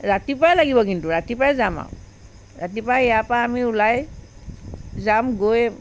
ৰাতিপুৱাই লাগিব কিন্তু ৰাতিপুৱাই যাম আৰু ৰাতিপুৱাই ইয়াৰ পৰা আমি ওলাই যাম গৈ